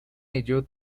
ello